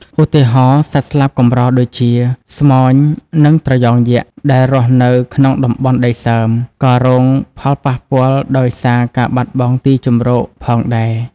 ឧទាហរណ៍ សត្វស្លាបកម្រដូចជា ស្មោញ និង ត្រយ៉ងយក្ស ដែលរស់នៅក្នុងតំបន់ដីសើម ក៏រងផលប៉ះពាល់ដោយសារការបាត់បង់ទីជម្រកផងដែរ។